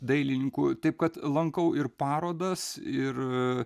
dailininku taip kad lankau ir parodas ir